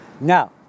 Now